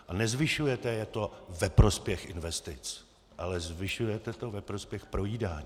A nezvyšujete to ve prospěch investic, ale zvyšujete to ve prospěch projídání.